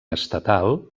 estatal